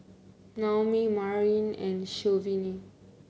Naomi Maryanne and Shavonne